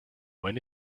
when